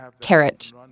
carrot